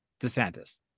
DeSantis